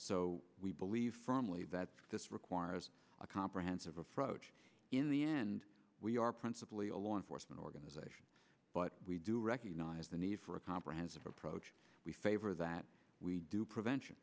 so we believe firmly that this requires a comprehensive approach in the end we are principally a law enforcement organization but we do recognize the need for a comprehensive approach we favor that we do